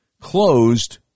closed